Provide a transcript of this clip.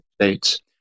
states